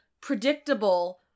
predictable